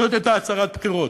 זאת הייתה הצהרת בחירות.